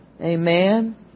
Amen